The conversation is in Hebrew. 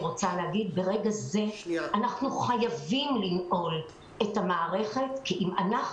אנחנו חייבים לנעול את המערכת אם אנחנו